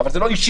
אבל זה לא אישי,